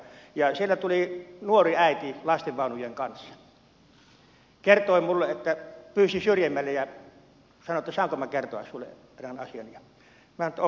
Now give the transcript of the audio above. siellä tuli nuori äiti lastenvaunujen kanssa pyysi syrjemmälle ja sanoi että saanko minä kertoa sinulle erään asian